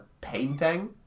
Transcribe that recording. painting